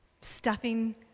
stuffing